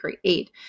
create